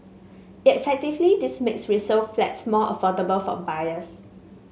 effectively this makes resale flats more affordable for buyers